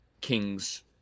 King's